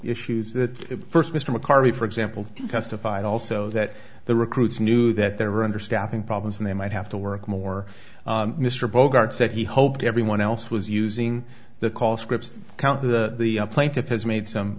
issues that first mr mccartney for example testified also that the recruits knew that they were under staffing problems and they might have to work more mr bogart said he hoped everyone else was using the call scripts count the plaintiff has made some